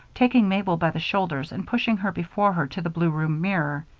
taking mabel by the shoulders and pushing her before her to the blue-room mirror.